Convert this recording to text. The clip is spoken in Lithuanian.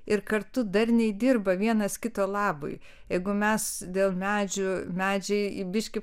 ir kartu darniai dirba vienas kito labui jeigu mes dėl medžių medžiai biški